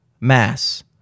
mass